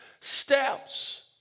steps